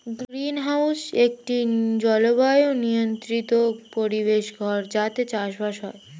greenhouse একটি জলবায়ু নিয়ন্ত্রিত পরিবেশ ঘর যাতে চাষবাস হয়